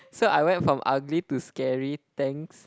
so I went from ugly to scary thanks